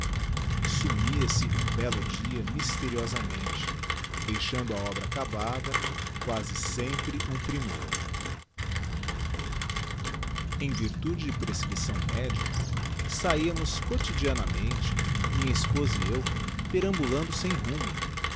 alimentação sumia-se um bello dia mysteriosamente deixando a obra acabada quasi sempre um primor em virtude de prescripção medica sahiamos quotidianamente minha esposa e eu perambulando sem rumo